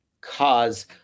cause